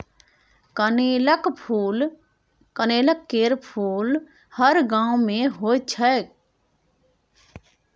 कनेलक केर फुल हर गांव मे होइ छै